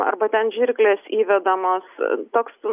arba ten žirklės įvedamos toks